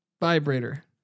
Vibrator